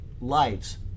lives